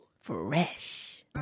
fresh